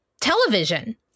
television